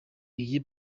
iyi